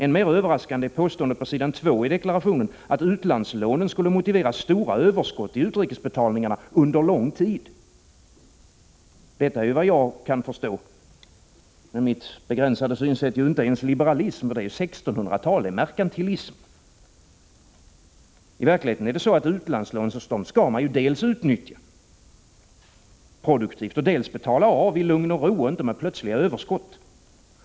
Än mer överraskande är påståendet på s. 2 i deklarationen, att utlandslånen skulle motivera stora överskott i utrikesbetalningarna under lång tid. Såvitt jag kan förstå, med mitt begränsade synsätt, är ju detta inte ens liberalism, utan det är 1600-tal och merkantilism. Utlandslån skall man dels utnyttja produktivt, dels betala av i lugn och ro och inte med plötsliga överskott.